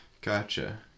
gotcha